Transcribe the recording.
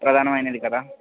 ప్రధానమైనది కదా